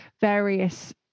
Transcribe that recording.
various